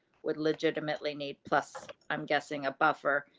would legitimately need plus, i'm guessing a buffer